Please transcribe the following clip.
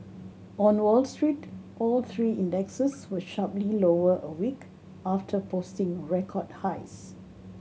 on Wall Street all three indexes were sharply lower a week after posting record highs